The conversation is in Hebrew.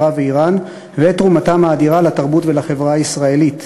ערב ואיראן ואת תרומתן האדירה לתרבות ולחברה הישראלית.